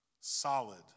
Solid